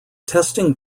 testing